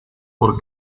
por